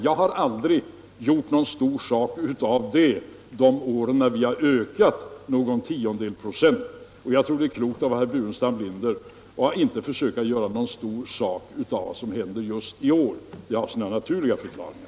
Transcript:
Jag har aldrig gjort någon stor sak av det de år då vi har ökat någon tiondels procent, och jag tror det är klokt av herr Burenstam Linder att inte försöka göra någon stor sak av vad som händer just i år. Det har sina naturliga förklaringar.